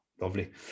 lovely